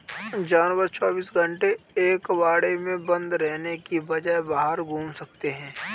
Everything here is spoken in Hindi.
जानवर चौबीस घंटे एक बाड़े में बंद रहने के बजाय बाहर घूम सकते है